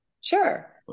Sure